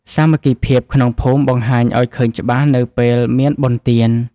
សាមគ្គីភាពក្នុងភូមិបង្ហាញឱ្យឃើញច្បាស់នៅពេលមានបុណ្យទាន។